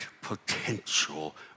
potential